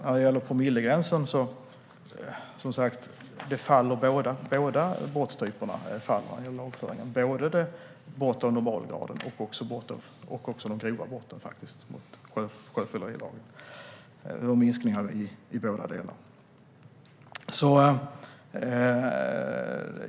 När det gäller promillegränsen: Antalet lagföringar minskade som sagt för båda brottstyperna, både brott av normalgraden och de grova brotten mot sjöfyllerilagen.